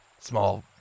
Small